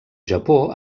japó